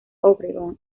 obregón